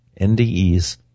NDEs